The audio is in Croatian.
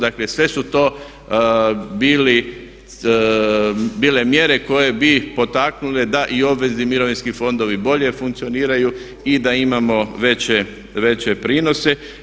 Dakle, sve su to bile mjere koje bi potaknule da i obvezni mirovinski fondovi bolje funkcioniraju i da imamo veće prinose.